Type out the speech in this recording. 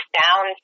down